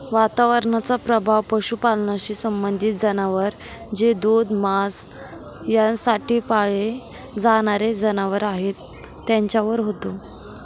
वातावरणाचा प्रभाव पशुपालनाशी संबंधित जनावर जे दूध, मांस यासाठी पाळले जाणारे जनावर आहेत त्यांच्यावर होतो